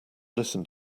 listen